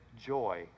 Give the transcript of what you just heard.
joy